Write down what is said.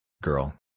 Girl